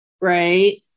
Right